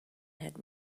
had